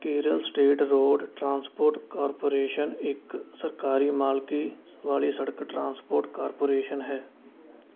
Kerala state road transport corporation ਇੱਕ ਸਰਕਾਰੀ ਮਾਲਕੀ ਵਾਲੀ ਸੜਕ ਟਰਾਂਸਪੋਰਟ ਕਾਰਪੋਰੇਸ਼ਨ ਹੈ